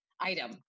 item